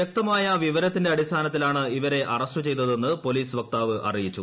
വ്യക്തുമായ വിവരത്തിന്റെ അടിസ്ഥാനത്തിലാണ് ഇവരെ അറസ്റ്റ് ചെയ്തതെന്ന് പ്രോലീസ് വക്താവ് അറിയിച്ചു